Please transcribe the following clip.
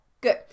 Good